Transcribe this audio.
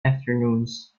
afternoons